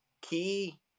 Key